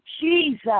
Jesus